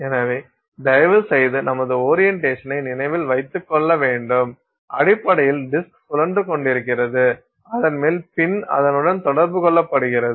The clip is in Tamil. எனவே தயவுசெய்து நமது ஓரியன்டேஷனை நினைவில் வைத்துக் கொள்ள வேண்டும் அடிப்படையில் டிஸ்க் சுழன்று கொண்டிருக்கிறது அதன் மேல் பின் அதனுடன் தொடர்பு கொள்ளப்படுகிறது